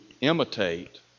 imitate